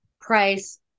price